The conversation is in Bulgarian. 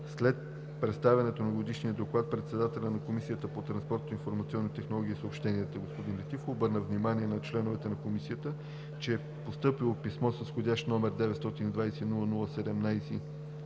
След представянето на Годишния доклад председателят на Комисията по транспорт, информационни технологии и съобщения господин Летифов обърна внимание на членовете на Комисията, че е постъпило писмо с вх. № 920-00-17